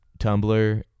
Tumblr